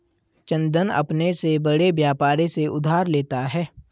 चंदन अपने से बड़े व्यापारी से उधार लेता है